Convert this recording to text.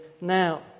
now